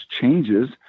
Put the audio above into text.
changes